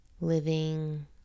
living